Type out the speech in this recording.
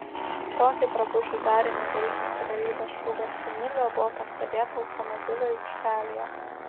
tokį drabužių derinį vilkinti realybės šou garsenybė buvo pastebėta automobilių aikštelėje